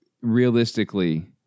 realistically